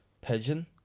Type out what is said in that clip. pigeon